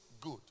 good